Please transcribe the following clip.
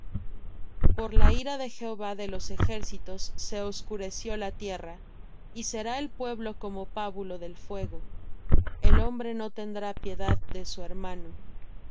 por la ira de jehová de los ejércitos se oscureció la tierra y será el pueblo como pábulo del fuego el hombre no tendrá piedad de su hermano